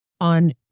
on